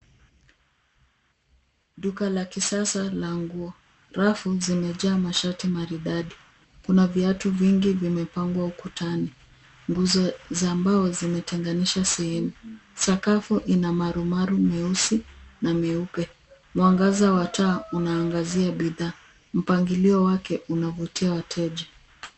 Duka la kisasa la nguo, rafu zimejaa mashati maridadi. Kuna viatu vingi vimepangea ukutani. Nguzo za mbao zimetenganisha sehemu. Sakafu ina marumaru meusi na meupe. Mwangaza wa taa unaangazia bidhaa. Mpangilio wake unavutia wateja.